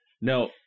No